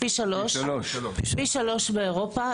פי שלושה באירופה.